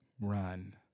run